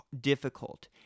difficult